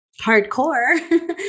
hardcore